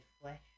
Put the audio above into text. flesh